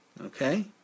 okay